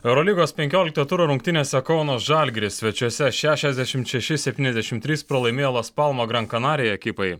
eurolygos penkiolikto turo rungtynėse kauno žalgiris svečiuose šešiasdešimt šeši septyniasdešimt trys pralaimėjo las palmo gran canaria ekipai